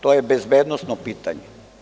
To je bezbednosno pitanje.